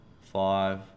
five